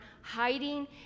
hiding